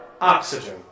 oxygen